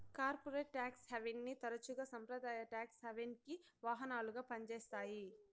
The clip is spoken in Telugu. కార్పొరేట్ టాక్స్ హావెన్ని తరచుగా సంప్రదాయ టాక్స్ హావెన్కి వాహనాలుగా పంజేత్తాయి